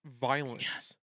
violence